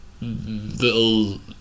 little